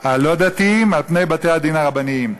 הלא-דתיים על פני בתי-הדין הרבניים.